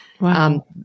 Wow